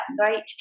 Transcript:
right